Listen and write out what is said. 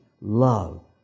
love